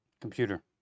computer